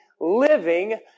living